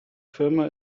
firma